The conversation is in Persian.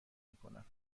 میکنم